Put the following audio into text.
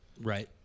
Right